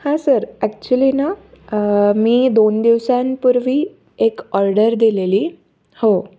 हां sir actually ना मी दोन दिवसांपूर्वी एक ऑर्डर दिलेली हो